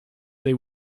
they